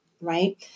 Right